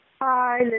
Hi